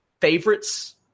favorites